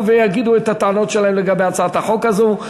ויגידו את הטענות שלהם לגבי הצעת החוק הזו.